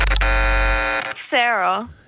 Sarah